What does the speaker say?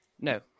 no